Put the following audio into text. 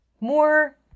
More